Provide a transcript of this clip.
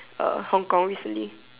uh Hong-Kong recently